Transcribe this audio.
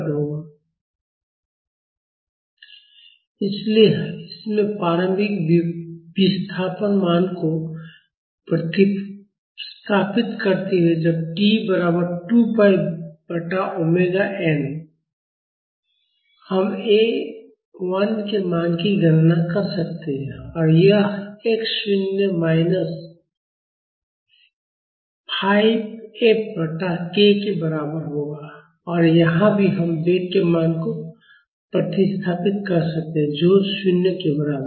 Initial displacement इसलिए इसमें प्रारंभिक विस्थापन मान को प्रतिस्थापित करते हुए जब t बराबर 2 pi बटा ओमेगा n हम A 1 के मान की गणना कर सकते हैं और यह x शून्य माइनस 5 F बटा k के बराबर होगा और यहां भी हम वेग के मान को प्रतिस्थापित कर सकते हैं जो 0 के बराबर है